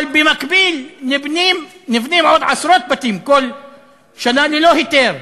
אבל במקביל נבנים עוד עשרות בתים כל שנה ללא היתר.